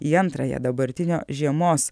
į antrąją dabartinio žiemos